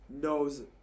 knows